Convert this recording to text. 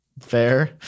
Fair